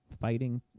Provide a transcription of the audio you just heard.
fighting